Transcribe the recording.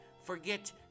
Forget